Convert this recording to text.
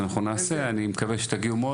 אני מקווה שתגיעו.